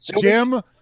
Jim